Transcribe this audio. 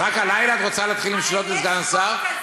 רק הלילה את רוצה להתחיל משאלות לסגן שר?